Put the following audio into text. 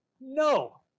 no